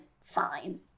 fine